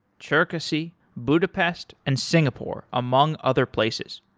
cherkasy, budapest and singapore among other places.